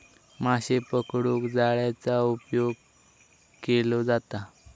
माशे पकडूक जाळ्याचा उपयोग केलो जाता